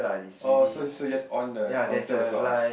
oh so so is just on the counter will talk ah